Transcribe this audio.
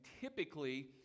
typically